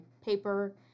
paper